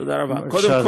בבקשה, אדוני.